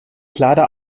kleider